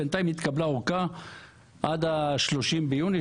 בינתיים התקבלה אורכה עד ה-30 ביוני,